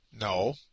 No